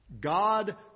God